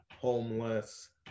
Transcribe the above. homeless